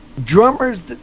Drummers